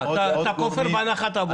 אז אתה כופר בהנחת העבודה.